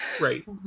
Right